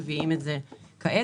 מביאים את זה כעת,